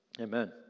amen